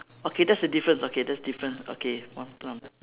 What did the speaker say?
okay that's the difference okay that's different okay one plum